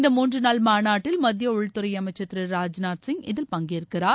இந்த மூன்று நாள் மாநாட்டில் மத்திய உள்துறை அமைச்சர் திரு ராஜ்நாத் சிங் இதில் பங்கேற்கிறார்